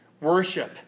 Worship